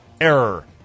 error